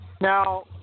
Now